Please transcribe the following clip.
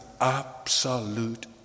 absolute